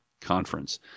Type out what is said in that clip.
conference